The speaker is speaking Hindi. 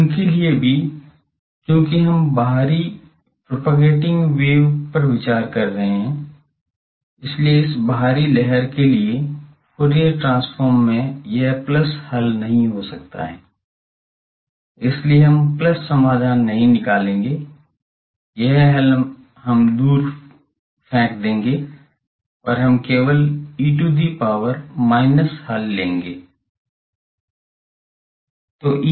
अब उनके लिए भी चूँकि हम बाहरी प्रोपगैटिंग वेव पर विचार कर रहे हैं इसलिए एक बाहरी लहर के फूरियर ट्रांसफॉर्म में यह plus हल नहीं हो सकता है इसलिए हम plus समाधान नहीं लेंगे यह हल हम दूर फेंक देंगे और हम केवल E to the power minus हल लेंगे